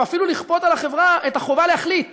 או אפילו לכפות על החברה את החובה להחליט